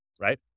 right